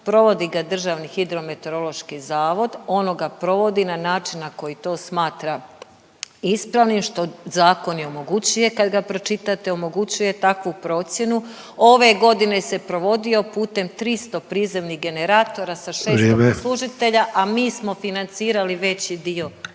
provodi ga Državni hidrometeorološki zavod. Ono ga provodi na način na koji to smatra ispravnim što zakon i omogućuje kad ga pročitate. Omogućuje takvu procjenu. Ove godine se provodio putem 300 prizemnih generatora …/Upadica Sanader: Vrijeme./… sa 600 poslužitelja, a mi smo financirali veći dio